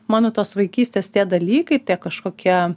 mano tos vaikystės tie dalykai tie kažkokie